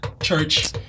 Church